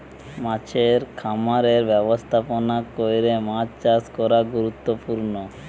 মাছের খামারের ব্যবস্থাপনা কইরে মাছ চাষ করা গুরুত্বপূর্ণ